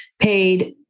paid